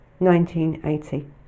1980